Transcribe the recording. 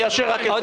אני אאשר רק את זה.